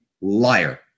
liar